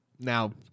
Now